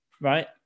right